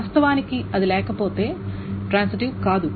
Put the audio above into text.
వాస్తవానికి అది లేకపోతే ట్రాన్సిటివ్ కాదు